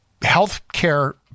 healthcare